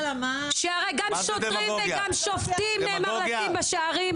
שהרי גם שוטרים וגם שופטים הם היושבים בשערים מהתורה.